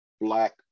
Black